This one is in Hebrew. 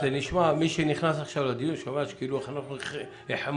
מי שנכנס עכשיו לדיון שומע כאילו אנחנו החמרנו,